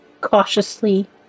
cautiously